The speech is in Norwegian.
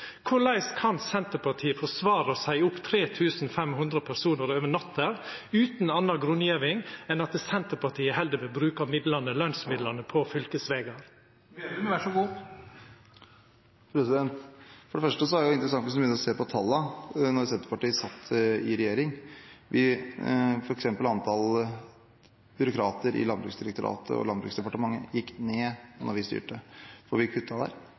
Korleis kan Senterpartiet forsvara å seia opp 3 500 personar over natta utan anna grunngjeving enn at Senterpartiet heller vil bruka lønsmidlane på fylkesvegar? For det første er det interessant hvis du begynner å se på tallene. Da Senterpartiet satt i regjering, gikk f.eks. antall byråkrater i Landbruksdirektoratet og Landbruksdepartementet ned – da vi styrte. Vi